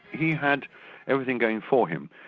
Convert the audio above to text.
he had everything going for him.